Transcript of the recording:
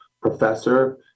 professor